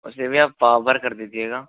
उसे भी आप पावभर कर दीजियेगा